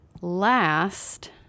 last